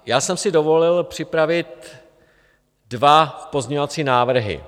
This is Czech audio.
Já jsem si dovolil připravit dva pozměňovací návrhy.